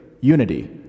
unity